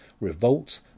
revolts